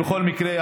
בכל מקרה,